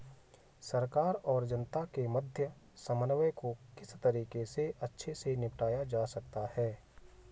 सरकार और जनता के मध्य समन्वय को किस तरीके से अच्छे से निपटाया जा सकता है?